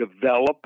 develop